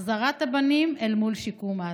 החזרת הבנים אל מול שיקום עזה.